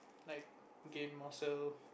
like gain muscle